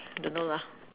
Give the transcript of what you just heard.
I don't know lah